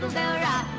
bell yeah